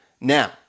Now